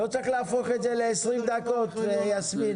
לא צריך להפוך את זה ל-20 דקות, יסמין.